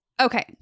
Okay